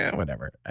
yeah whatever. ah